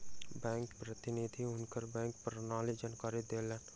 bank प्रतिनिधि हुनका bank प्रणाली के जानकारी देलैन